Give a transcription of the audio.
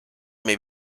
may